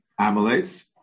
amylase